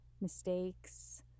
mistakes